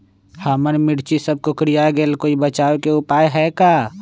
हमर मिर्ची सब कोकररिया गेल कोई बचाव के उपाय है का?